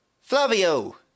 Flavio